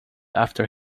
after